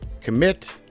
Commit